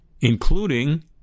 including